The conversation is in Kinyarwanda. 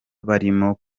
barimo